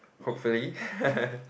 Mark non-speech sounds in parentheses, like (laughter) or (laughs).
hopefully (laughs)